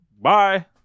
Bye